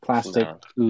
Plastic